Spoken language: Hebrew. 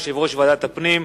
יושב-ראש ועדת הפנים.